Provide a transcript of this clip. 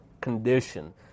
condition